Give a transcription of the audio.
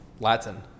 Latin